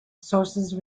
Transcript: sources